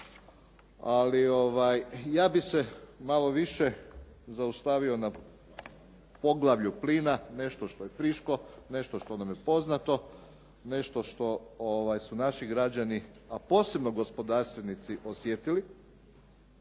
ali ja bih se malo više zaustavio na poglavlju plina nešto što je friško, nešto što nam je poznato, nešto što su naši građani a posebno gospodarstvenici osjetili